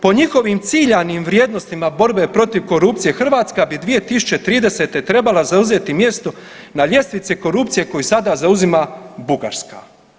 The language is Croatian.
Po njihovim ciljanim vrijednostima borbe protiv korupcije Hrvatska bi 2030. trebala zauzeti mjesto na ljestvici korupcije koju sada zauzima Bugarska.